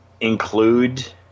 include